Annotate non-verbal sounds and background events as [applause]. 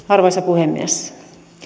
[unintelligible] arvoisa puhemies